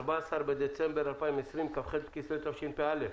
היום ה-14 בדצמבר 2020 כ"ח בכסלו תשפ"א.